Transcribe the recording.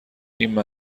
این